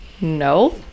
no